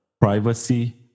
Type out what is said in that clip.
privacy